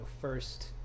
first